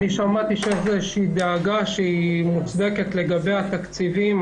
שמעתי שיש דאגה מוצדקת לגבי התקציבים.